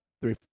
three